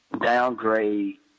downgrade